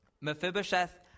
Mephibosheth